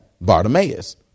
Bartimaeus